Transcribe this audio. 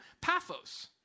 Paphos